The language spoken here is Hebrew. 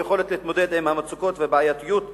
שיוכלו להתמודד עם המצוקות והבעייתיות שלהם.